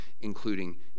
including